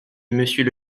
monsieur